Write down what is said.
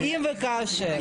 אם וכאשר.